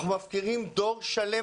אנחנו מפקירים דור שלם.